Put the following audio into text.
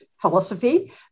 Philosophy